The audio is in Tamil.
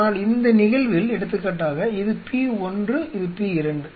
ஆனால் இந்த நிகழ்வில் எடுத்துக்காட்டாக இது p 1 இது p 2